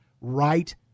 right